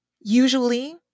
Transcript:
Usually